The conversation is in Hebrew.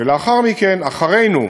ולאחר מכן, אחרינו,